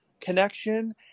connection